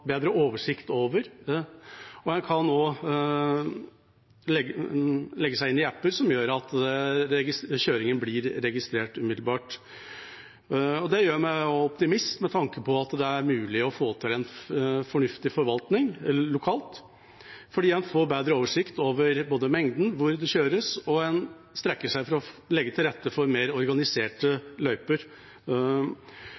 en kan også legge seg inn i apper som gjør at kjøringen blir registrert umiddelbart. Det gjør meg til optimist med tanke på at det er mulig å få til en fornuftig forvaltning lokalt – fordi man får bedre oversikt over både mengden og hvor det kjøres, og en strekker seg etter å legge til rette for mer organiserte